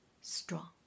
strong